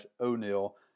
O'Neill